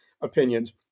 opinions